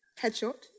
headshot